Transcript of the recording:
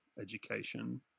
education